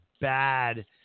bad